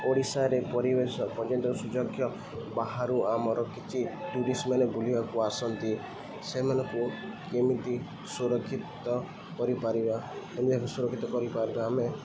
ଓଡ଼ିଶାରେ ପରିବେଶ ପର୍ଯ୍ୟନ୍ତ ସୁଯୋଗ୍ୟ ବାହାରୁ ଆମର କିଛି ଟୁରିଷ୍ଟ୍ ମାନେ ବୁଲିବାକୁ ଆସନ୍ତି ସେମାନଙ୍କୁ କେମିତି ସୁରକ୍ଷିତ କରିପାରିବା ଆମେ ସୁରକ୍ଷିତ କରିପାରିବା ଆମେ